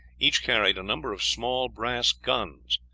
each carried a number of small brass guns,